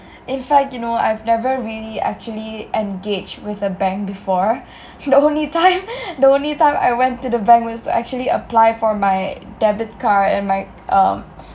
in fact you know I've never really actually engaged with a bank before the only time the only time I went to the bank was to actually uh apply for my debit card and my um